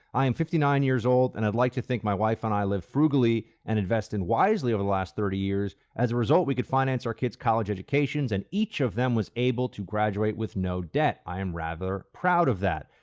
i am fifty nine years old and i'd like to think my wife and i live frugally and invested wisely over the last thirty years. as a result, we could finance our kids' college educations and each of them was able able to graduate with no debt. i am rather proud of that.